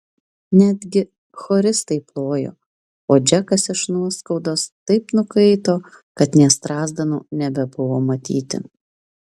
netgi choristai plojo o džekas iš nuoskaudos taip nukaito kad nė strazdanų nebebuvo matyti